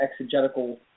exegetical